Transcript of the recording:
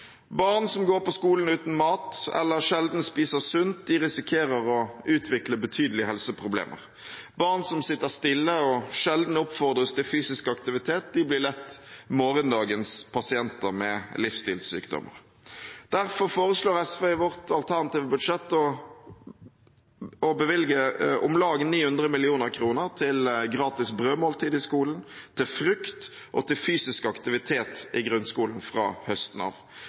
Barn som går på skolen uten mat eller sjelden spiser sunt, risikerer å utvikle betydelige helseproblemer. Barn som sitter stille og sjelden oppfordres til fysisk aktivitet, blir lett morgendagens pasienter med livsstilssykdommer. Derfor foreslår SV i sitt alternative budsjett å bevilge om lag 900 mill. kr til gratis brødmåltid i skolen, til frukt og til fysisk aktivitet i grunnskolen fra høsten av.